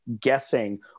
guessing